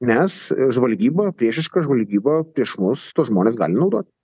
nes žvalgyba priešiška žvalgyba prieš mus tuos žmones gali naudot